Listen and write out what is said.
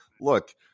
look